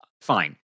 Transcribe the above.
fine